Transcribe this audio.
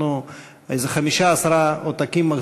אנחנו מחזיקים כאן חמישה עשרה עותקים.